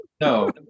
no